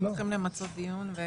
צריכים למצות דיון והצבעה.